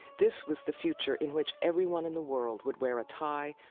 this was the future in which everyone in the world would wear a tie,